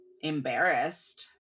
embarrassed